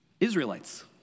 Israelites